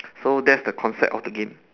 so that's the concept of the game